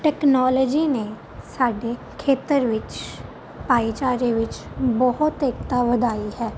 technology ਨੇ ਸਾਡੇ ਖੇਤਰ ਵਿੱਚ ਭਾਈਚਾਰੇ ਵਿੱਚ ਬਹੁਤ ਏਕਤਾ ਵਧਾਈ ਹੈ